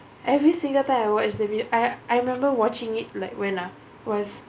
every single time I watch the video I I remember watching it like when ah was